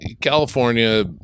California –